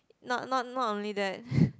not not not only that